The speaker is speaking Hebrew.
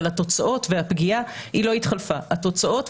אבל התוצאות והפגיעה ממשיכה.